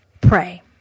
pray